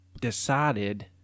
decided